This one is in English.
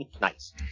Nice